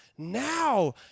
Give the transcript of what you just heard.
now